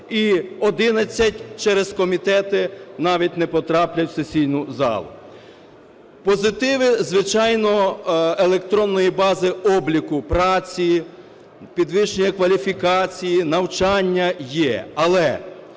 і 11 через комітети навіть не потраплять в сесійну залу. Позитиви, звичайно, електронної бази обліку праці, підвищення кваліфікації, навчання є. Але,